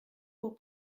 pour